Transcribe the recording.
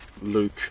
Luke